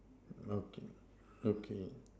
okay okay